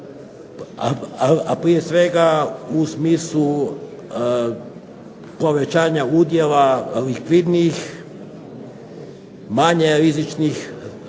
a prije svega u smislu povećanja udjela likvidnijih, manje rizičnih stavki na